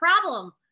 problem